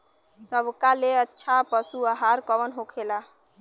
सबका ले अच्छा पशु आहार कवन होखेला?